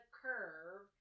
curve